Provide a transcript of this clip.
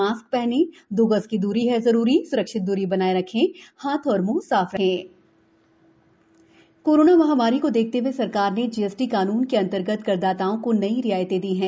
mask हनें दो गज दूरी है जरूरी स्रक्षित दूरी बनाये रखें हाथ और मुंह साफ रखें जीएसटी छूट कोरोना महामारी को देखते हुए सरकार ने जीएसटी कानून के अंतर्गत करदाताओं को कई रियायतें दी हैं